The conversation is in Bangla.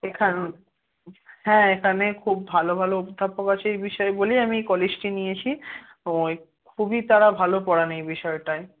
এখানে হ্যাঁ এখানে খুব ভালো ভালো অধ্যাপক আছে এই বিষয়ে বলেই আমি এই কলেজটি নিয়েছি ওই খুবই তারা ভালো পড়ান এই বিষয়টায়